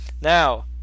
Now